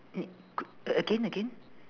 n~ c~ uh again again